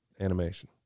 animation